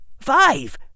Five